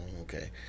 Okay